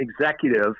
executive